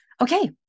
okay